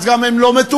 אז גם הן לא מטופלות.